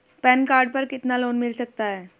Pan card पर कितना loan मिल सकता है?